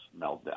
meltdown